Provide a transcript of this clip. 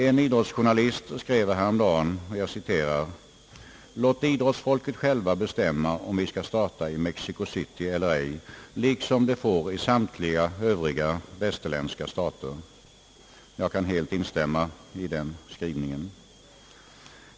En idrottsjournalist skrev häromdagen: »Låt idrottsfolket själva bestämma om vi skall starta i Mexico City eller ej liksom de får i samtliga övriga västerländska stater.» Jag kan helt instämma i denna uppfattning.